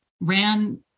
ran